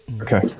Okay